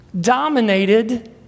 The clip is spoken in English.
dominated